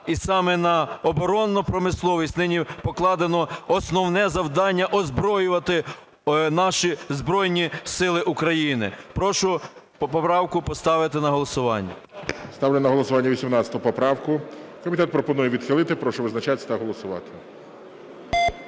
і саме на оборонну промисловість нині покладено основне завдання озброювати наші Збройні Сили України. Прошу поправку поставити на голосування. ГОЛОВУЮЧИЙ. Ставлю на голосування 18 поправку. Комітет пропонує відхилити. Прошу визначатися та голосувати.